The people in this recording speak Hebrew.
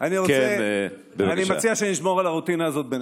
אני מציע שנשמור על הרוטינה הזאת בינינו.